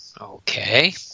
Okay